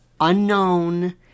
unknown